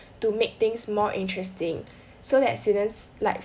to make things more interesting so that students like